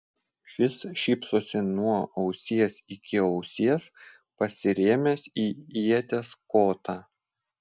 šis šypsosi nuo ausies iki ausies pasirėmęs į ieties kotą